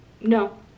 No